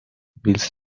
willst